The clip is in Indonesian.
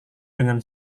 dengan